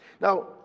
Now